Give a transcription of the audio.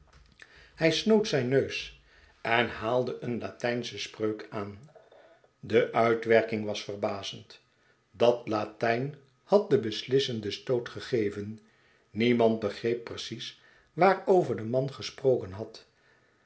hij snoot zijn neus en haalde een latynsche spreuk aan de uitwerking was verbazend dat latijn had den beslissenden stoot gegeven niemand begreep precies waarover de man gesproken had